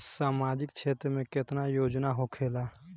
सामाजिक क्षेत्र में केतना योजना होखेला?